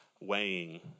weighing